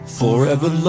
forever